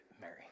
Mary